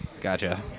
Gotcha